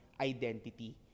identity